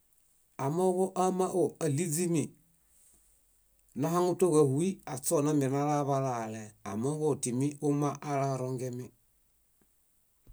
Amooġo áama’o, áɭiźimi, náhaŋutoġahuy aśonambenalabalale. Amooġom tímiomu alarongemi.